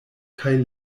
kaj